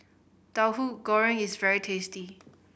Tauhu Goreng is very tasty